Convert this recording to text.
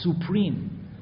supreme